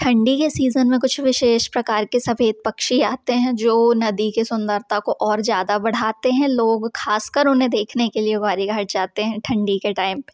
ठंडी के सीज़न में कुछ विशेष प्रकार के सफ़ेद पक्षी आते हैं जो नदी के सुंदरता को और ज़्यादा बढ़ाते हैं लोग ख़ास कर उन्हें देखने के लिए कुंवार्री घाट जाते हैं ठंडी के टाइम